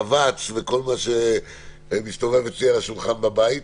אבץ וכל מה שמסתובב אצלי על השולחן בבית.